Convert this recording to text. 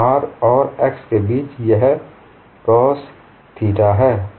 R और x के बीच यह cos थीटा है